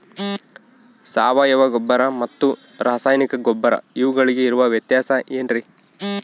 ಸಾವಯವ ಗೊಬ್ಬರ ಮತ್ತು ರಾಸಾಯನಿಕ ಗೊಬ್ಬರ ಇವುಗಳಿಗೆ ಇರುವ ವ್ಯತ್ಯಾಸ ಏನ್ರಿ?